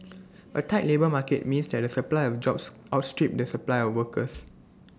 A tight labour market means that the supply of jobs outstrip the supply of workers